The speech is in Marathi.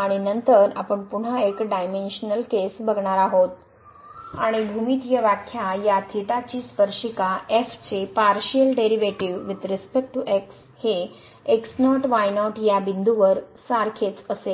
आणि नंतर आपण पुन्हा एक डायमेनशनल केस बघणारआहोत आणि भूमितीय व्याख्या या theta ची स्पर्शिका f चे partial derivative with respect to x हे x0 y0 या बिंदूवर सारखेच असेल